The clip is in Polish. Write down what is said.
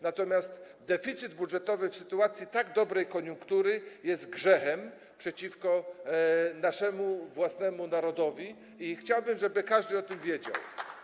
Natomiast deficyt budżetowy w sytuacji tak dobrej koniunktury jest grzechem przeciwko naszemu własnemu narodowi i chciałbym, żeby każdy o tym wiedział.